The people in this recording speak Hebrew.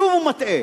שוב הוא מטעה.